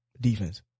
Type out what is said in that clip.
defense